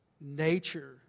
nature